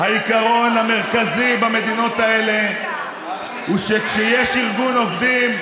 העיקרון המרכזי במדינות האלה הוא שכשיש ארגון עובדים,